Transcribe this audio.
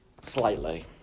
Slightly